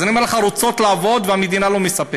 אז אני אומר לך שהן רוצות לעבוד והמדינה לא מספקת,